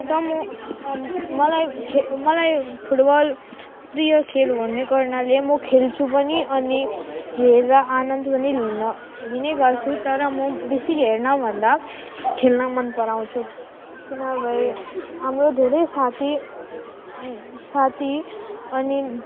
त म मलाई मलाई फुटबल प्रिय खेल हुने गर्नाले म खेल्छु पनि अनि हेरेर आनन्द पनि लिन लिने गर्छु तर म बेसी हेर्नभन्दा खेल्न मन पराउँछु किनभने हाम्रो धेरै साथी साथी अनि